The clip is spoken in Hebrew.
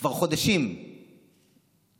כבר חודשים תלונות